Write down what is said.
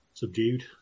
Subdued